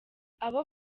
abo